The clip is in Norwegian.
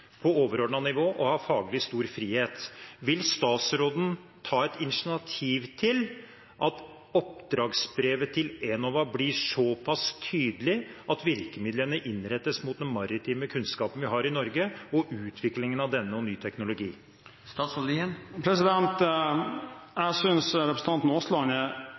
på overordnet nivå og har faglig stor frihet: Vil statsråden ta et initiativ til at oppdragsbrevet til Enova blir såpass tydelig at virkemidlene innrettes mot den maritime kunnskapen vi har i Norge og utviklingen av denne og ny teknologi? Jeg synes representanten Aasland